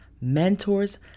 mentors